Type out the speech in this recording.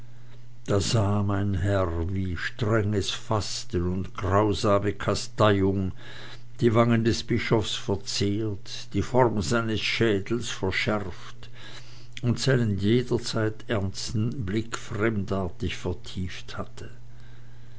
da sah mein herr wie strenges fasten und grausame kasteiung die wangen des bischofs verzehrt die form seines schädels verschärft und seinen jederzeit ernsten blick fremdartig vertieft hatte